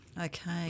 okay